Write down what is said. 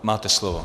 Máte slovo.